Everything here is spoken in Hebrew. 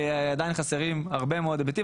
עדיין חסרים הרבה מאוד היבטים.